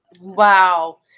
wow